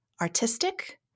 artistic